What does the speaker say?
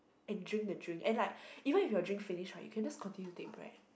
and drink the drink and like even if your drink finish right you can just continue take bread